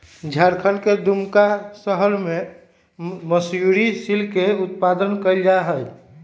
झारखंड के दुमका शहर में मयूराक्षी सिल्क के उत्पादन कइल जाहई